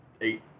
eight